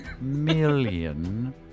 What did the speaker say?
million